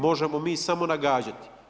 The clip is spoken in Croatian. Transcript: Možemo mi samo nagađati.